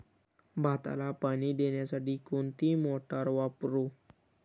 भाताला पाणी देण्यासाठी कोणती मोटार वापरू?